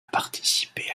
participer